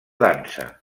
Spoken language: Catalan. dansa